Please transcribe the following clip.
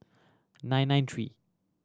nine nine three